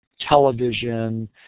television